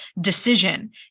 decision